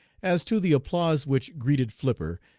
as to the applause which greeted flipper,